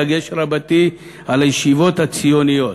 הוא דגש רבתי על הישיבות הציוניות.